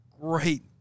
great